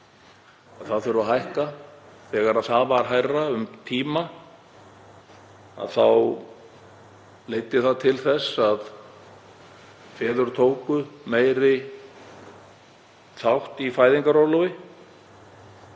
það þurfi að hækka. Þegar það var hærra um tíma leiddi það til þess að feður tóku meiri þátt í fæðingarorlofi